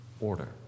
order